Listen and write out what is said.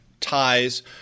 ties